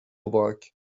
aubrac